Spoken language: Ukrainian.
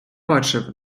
бачив